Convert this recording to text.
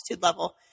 level